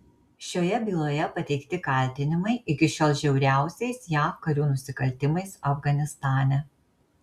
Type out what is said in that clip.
šioje byloje pateikti kaltinimai iki šiol žiauriausiais jav karių nusikaltimais afganistane